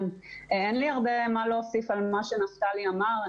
אין לי הרבה מה להוסיף על מה שנפתלי אמר.